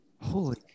Holy